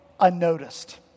unnoticed